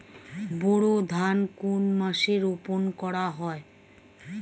বোরো ধান কোন মাসে রোপণ করা হয়?